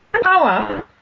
power